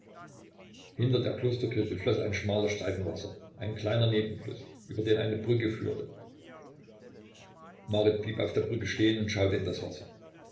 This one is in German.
hinter der klosterkirche floß ein schmaler streifen wasser ein kleiner nebenfluß über den eine brücke führte marit blieb auf der brücke stehen und schaute in das wasser